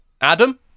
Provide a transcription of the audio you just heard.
Adam